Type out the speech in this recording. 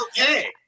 okay